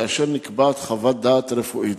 כאשר נקבעת חוות דעת רפואית,